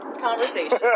conversation